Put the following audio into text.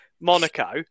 Monaco